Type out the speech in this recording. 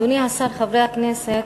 אדוני השר, חברי הכנסת,